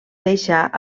deixar